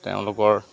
তেওঁলোকৰ